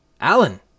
Alan